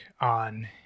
on